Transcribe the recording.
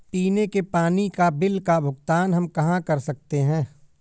पीने के पानी का बिल का भुगतान हम कहाँ कर सकते हैं?